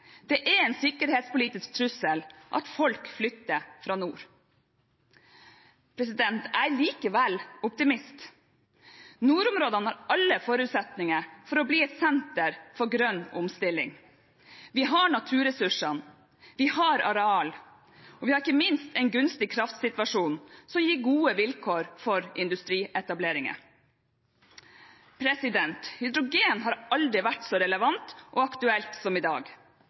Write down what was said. Det er en sikkerhetspolitisk trussel at folk flytter fra nord. Jeg er likevel optimist. Nordområdene har alle forutsetninger for å bli et senter for grønn omstilling. Vi har naturressursene, vi har areal og vi har ikke minst en gunstig kraftsituasjon som gir gode vilkår for industrietableringer. Hydrogen har aldri vært så relevant og aktuelt som i dag.